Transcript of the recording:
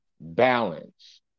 balance